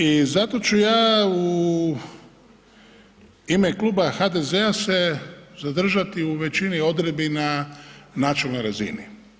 I zato ću ja u ime Kluba HDZ-a se zadržati u većini odredbi na načelnoj razini.